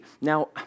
Now